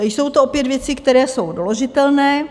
Jsou to opět věci, které jsou doložitelné.